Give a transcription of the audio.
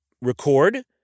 record